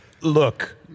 Look